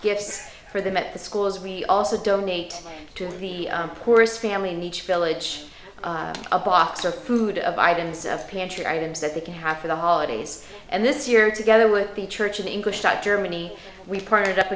gifts for them at the schools we also donate to the poorest family in each villa which a box of food of items of pantry items that they can have for the holidays and this year together with the church in english type germany we p